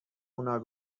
اونا